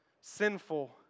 sinful